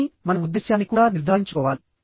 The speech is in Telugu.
కానీ మన ఉద్దేశ్యాన్ని కూడా నిర్ధారించుకోవాలి